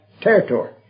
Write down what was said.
territory